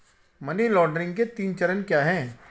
Money laundering के तीन चरण क्या हैं?